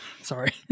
Sorry